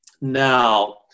now